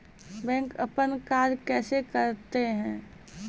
Bank अपन कार्य कैसे करते है?